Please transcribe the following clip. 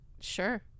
Sure